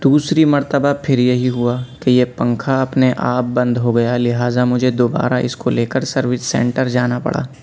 دوسری مرتبہ پھر یہی ہوا کہ یہ پنكھا اپنے آپ بند ہوگيا لہٰذا مجھے دوبارہ اس كو لے کر سروس سینٹر جانا پڑا